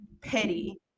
petty